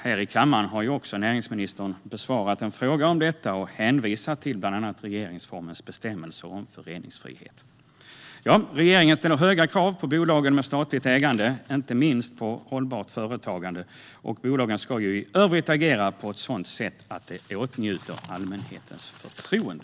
Här i kammaren har näringsministern besvarat en fråga om detta och bland annat hänvisat till regeringsformens bestämmelser om föreningsfrihet. Regeringen ställer höga krav på bolagen med statligt ägande, inte minst på hållbart företagande, och bolagen ska i övrigt agera på ett sådant sätt att de åtnjuter allmänhetens förtroende.